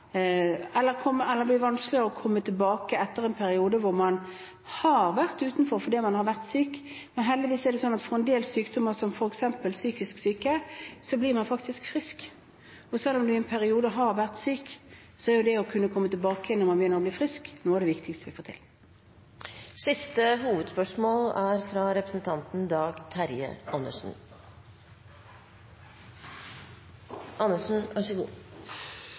eller at det ville bli vanskeligere å komme tilbake etter en periode hvor man hadde vært utenfor fordi man hadde vært syk. Heldigvis er det slik at av en del sykdommer, som f.eks. psykisk sykdom, blir man frisk. Selv om man i en periode har vært syk, er det å kunne komme tilbake når man begynner å bli frisk, noe av det viktigste vi kan få til. Vi går til siste hovedspørsmål.